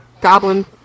Goblin